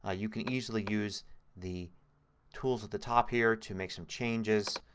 ah you can easily use the tools at the top here to make some changes.